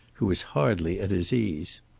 who was hardly at his ease.